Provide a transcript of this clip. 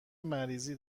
مریضی